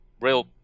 real